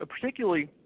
particularly